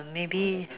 maybe